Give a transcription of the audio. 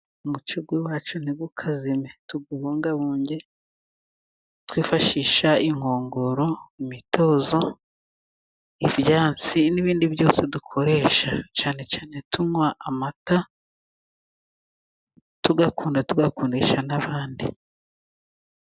Umuco wacu ntukazime tuwubungabunge twifashisha inkongoro, imitozo ibyansi n'ibindi byose dukoresha cyane cyane tunywa amata, tuyakunda tuyakundisha n'abandi.